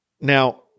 Now